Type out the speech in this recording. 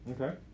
Okay